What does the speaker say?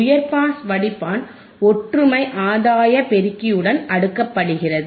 உயர் பாஸ் வடிப்பான் ஒற்றுமை ஆதாய பெருக்கியுடன் அடுக்கப்படுகிறது